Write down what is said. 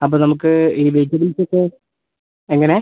അപ്പം നമുക്ക് ഈ വെജ് മീൽസൊക്കെ എങ്ങനെ